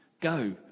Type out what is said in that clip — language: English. go